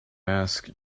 mask